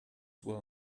will